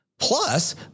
Plus